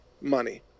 money